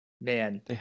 Man